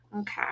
Okay